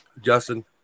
Justin